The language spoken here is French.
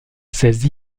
ces